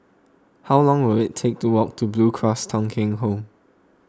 how long will it take to walk to Blue Cross Thong Kheng Home